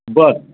बरं हो